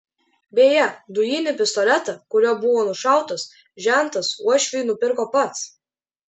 beje dujinį pistoletą kuriuo buvo nušautas žentas uošviui nupirko pats